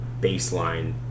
baseline